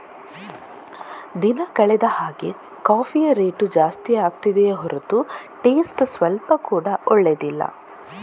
ದಿನ ಕಳೆದ ಹಾಗೇ ಕಾಫಿಯ ರೇಟು ಜಾಸ್ತಿ ಆಗ್ತಿದೆಯೇ ಹೊರತು ಟೇಸ್ಟ್ ಸ್ವಲ್ಪ ಕೂಡಾ ಒಳ್ಳೇದಿಲ್ಲ